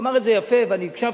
הוא אמר את זה יפה ואני הקשבתי.